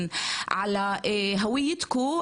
שבו בעצם תשובת המדינה עושה תיקון עוול היסטורי,